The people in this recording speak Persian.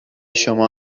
شما